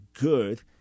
good